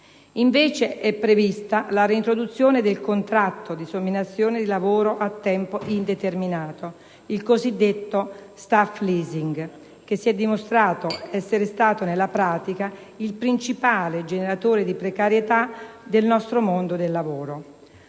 invece prevista la reintroduzione del contratto di somministrazione di lavoro a tempo indeterminato (il cosiddetto *staff leasing*), che si è dimostrato, nella pratica, il principale generatore di precarietà del nostro mondo del lavoro.